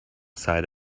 side